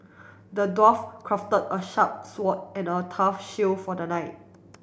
the dwarf crafted a sharp sword and a tough shield for the knight